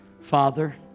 Father